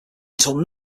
until